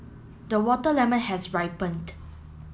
the water lemon has ripened